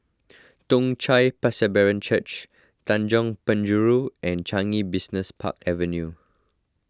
Toong Chai Presbyterian Church Tanjong Penjuru and Changi Business Park Avenue